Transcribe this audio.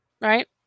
right